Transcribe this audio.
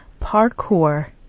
parkour